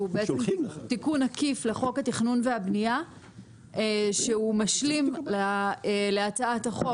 הוא תיקון עקיף לחוק התכנון והבנייה והוא משלים להצעת החוק.